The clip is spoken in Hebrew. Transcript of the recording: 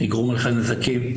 נגרום לך נזקים.